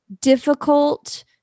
difficult